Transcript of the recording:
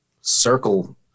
circle